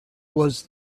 was